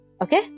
okay